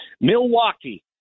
Milwaukee